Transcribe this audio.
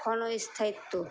ক্ষণস্থায়িত্ব